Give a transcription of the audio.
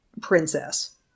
princess